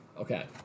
Okay